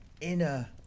inner